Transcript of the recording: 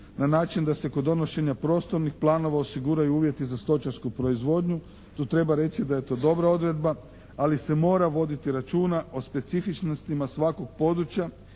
na način da se kod donošenja prostornih planova osiguraju uvjeti za stočarsku proizvodnju. Tu treba reći da je to dobra odredba ali se mora voditi računa o specifičnostima svakog područja